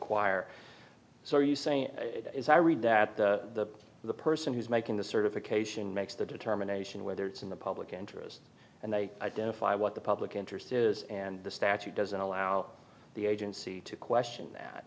so you say it is i read that the the person who's making the certification makes the determination whether it's in the public interest and they identify what the public interest is and the statute doesn't allow the agency to question that